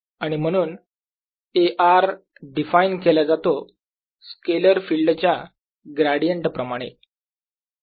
आणि म्हणून A r define केला जातो स्केलर फिल्ड च्या ग्रेडियंट प्रमाणे